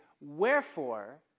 wherefore